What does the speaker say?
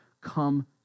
come